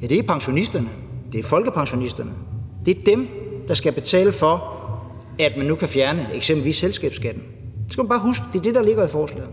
det er pensionisterne, det er folkepensionisterne. Det er dem, der skal betale for, at man nu vil fjerne eksempelvis selskabsskatten. Det skal man bare huske; det er det, der ligger i forslaget.